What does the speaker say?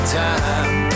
time